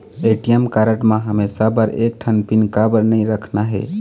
ATM card म हमेशा बर एक ठन पिन काबर नई रखना हे?